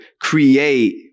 create